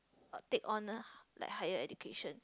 but take on lah like higher education